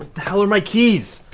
the hell are my keys?